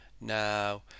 Now